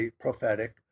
prophetic